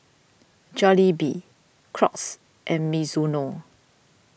Jollibee Crocs and Mizuno